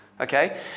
Okay